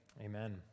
Amen